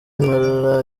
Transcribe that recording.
inkorora